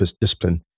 discipline